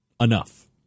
enough